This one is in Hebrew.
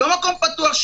לא מקום פתוח,